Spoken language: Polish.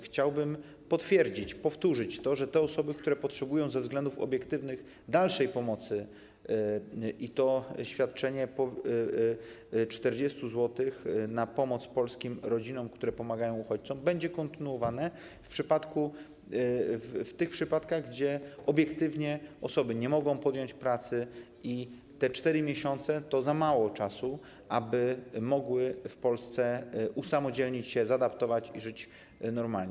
Chciałbym potwierdzić, powtórzyć, że jeżeli chodzi o osoby, które potrzebują ze względów obiektywnych dalszej pomocy, to świadczenie 40 zł na pomoc polskim rodzinom, które pomagają uchodźcom, będzie kontynuowane w tych przypadkach, gdzie obiektywnie osoby nie mogą podjąć pracy i 4 miesiące to za mało czasu, aby mogły w Polsce usamodzielnić się, zaadaptować i żyć normalnie.